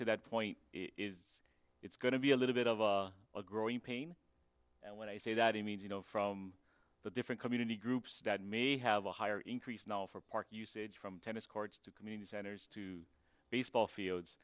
to that point is it's going to be a little bit of a growing pain and when i say that i mean you know from but different community groups that may have a higher increase now for park usage from tennis courts to community centers to baseball fields